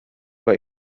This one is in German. bei